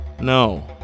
No